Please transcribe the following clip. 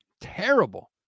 Terrible